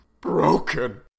broken